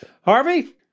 Harvey